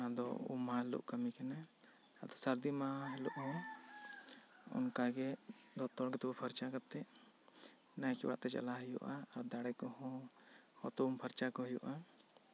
ᱚᱱᱟ ᱫᱚ ᱩᱢ ᱢᱟᱦᱟ ᱦᱤᱞᱚᱜ ᱠᱟᱱ ᱜᱮᱭᱟ ᱥᱟᱹᱨᱫᱤ ᱢᱟᱦᱟ ᱦᱤᱞᱚᱜ ᱢᱟ ᱚᱱᱠᱟ ᱜᱮ ᱡᱚᱛᱚ ᱦᱚᱲ ᱛᱳᱯᱳ ᱯᱷᱟᱨᱪᱟ ᱠᱟᱛᱮᱜ ᱱᱟᱭᱠᱮ ᱚᱲᱟᱜ ᱛᱮ ᱪᱟᱞᱟᱣ ᱦᱩᱭᱩᱜᱼᱟ ᱟᱨ ᱫᱟᱲᱮ ᱠᱚ ᱦᱚᱸ ᱦᱩᱛᱩᱢ ᱯᱷᱟᱨᱪᱟ ᱠᱚ ᱦᱩᱭᱩᱜᱼᱟ